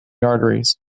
arteries